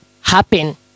happen